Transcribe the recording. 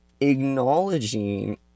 acknowledging